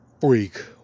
freak